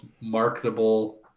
marketable